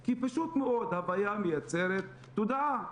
כי פשוט מאוד, הוויה מייצרת תודעה.